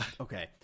okay